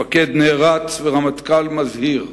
מפקד נערץ ורמטכ"ל מזהיר,